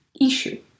issue